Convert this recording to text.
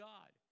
God